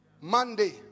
Monday